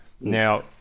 Now